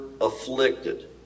afflicted